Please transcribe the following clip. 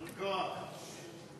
יישר כוח.